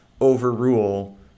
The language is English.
overrule